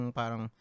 parang